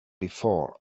before